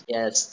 Yes